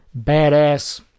badass